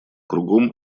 кругом